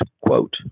quote